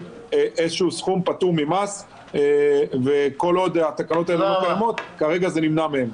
איזה שהוא סכום פטור ממס וכל עוד התקנות האלה לא קיימות כרגע זה נמנע מהם.